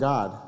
God